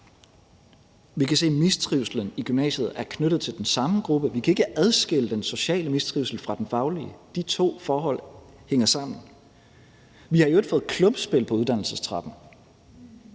Vi kan se, at mistrivslen i gymnasiet er knyttet til den samme gruppe. Vi kan ikke adskille den sociale mistrivsel fra den faglige; de to forhold hænger sammen. Vi har i øvrigt fået klumpspil på uddannelsestrappen.